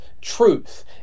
truth